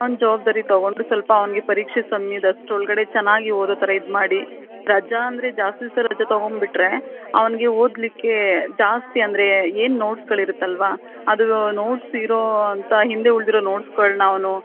ಅವ್ನ ಜವಾಬ್ದಾರಿ ತಗೊಂಡು ಸ್ವಲ್ಪ ಅವನಿಗೆ ಪರೀಕ್ಷೆ ಸಮಯದಸ್ಟ್ರೋಳ್ಗಡೆ ಚೆನ್ನಾಗಿ ಓದೋ ಥರ ಇದು ಮಾಡಿ ರಜಾ ಅಂದರೆ ಜಾಸ್ತಿ ದಿವ್ಸ ರಜ ತಗೋಂಡುಬಿಟ್ರೆ ಅವನ್ಗೆ ಓದಲಿಕ್ಕೇ ಜಾಸ್ತಿ ಅಂದರೆ ಏನು ನೋಟ್ಸ್ಗಳು ಇರುತ್ತಲ್ಲವ ಅದು ನೋಟ್ಸ್ ಇರೋ ಅಂತ ಹಿಂದೆ ಉಳಿದಿರೊ ನೋಟ್ಸ್ಗಳನ್ನ ಅವನು